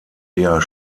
eher